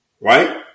Right